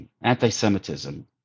anti-Semitism